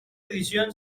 edición